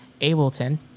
Ableton